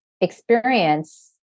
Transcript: experience